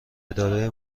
اداره